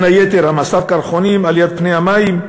בין היתר, המסת קרחונים, עליית פני המים,